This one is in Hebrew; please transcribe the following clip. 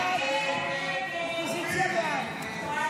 הסתייגות 136 לא